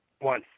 One